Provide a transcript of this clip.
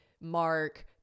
Mark